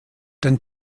den